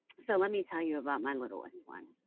so let me tell you about my littlest one.